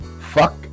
fuck